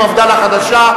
מפד"ל החדשה,